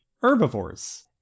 herbivores